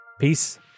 Peace